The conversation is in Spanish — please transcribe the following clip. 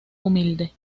humilde